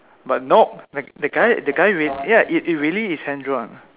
but nope that guy that guy real~ yup it really is hand-drawn